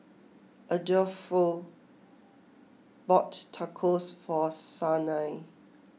Adolfo bought Tacos for Sanai